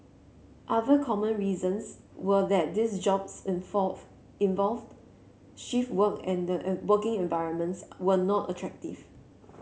other common reasons were that these jobs involved shift work and the a working environments were not attractive